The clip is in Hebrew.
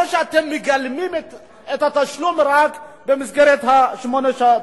או שאתם מגלמים את התשלום רק במסגרת שמונה השעות,